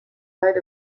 light